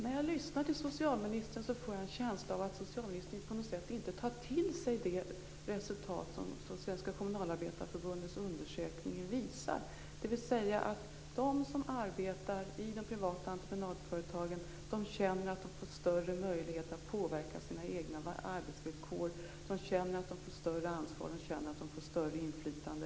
Fru talman! När jag lyssnar till socialministern får jag en känsla av att han på något sätt inte tar till sig det resultat som Svenska Kommunalarbetareförbundets undersökning visar, dvs. att de som arbetar i privata entreprenadföretag känner att de får större möjligheter att påverka sina egna arbetsvillkor. De känner att de får ett större ansvar och ett större inflytande.